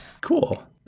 Cool